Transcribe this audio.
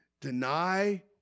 deny